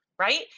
right